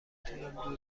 تونم